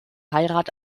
heirat